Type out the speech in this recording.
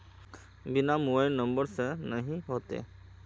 बिना mobile number से नहीं होते?